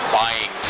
buying